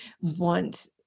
want